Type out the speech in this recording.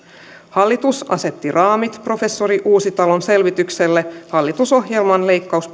hallitus asetti raamit professori uusitalon selvitykselle hallitusohjelman